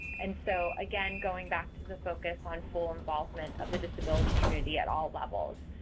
and so, again, going back to the focus on full involvement of the disability community at all levels.